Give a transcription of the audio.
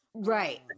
Right